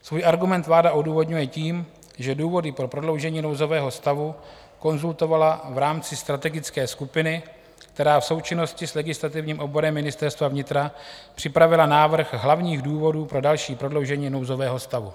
Svůj argument vláda odůvodňuje tím, že důvody pro prodloužení nouzového stavu konzultovala v rámci strategické skupiny, která v součinnosti s legislativním odborem Ministerstva vnitra připravila návrh hlavních důvodů pro další prodloužení nouzového stavu.